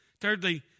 Thirdly